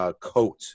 coat